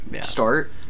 start